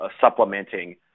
supplementing